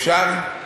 אפשר?